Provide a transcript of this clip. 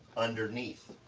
underneath,